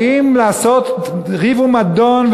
באים לעשות ריב ומדון,